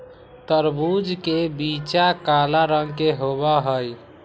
तरबूज के बीचा काला रंग के होबा हई